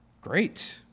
Great